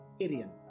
Aryan